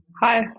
Hi